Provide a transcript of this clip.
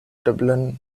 dublin